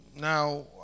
Now